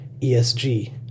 ESG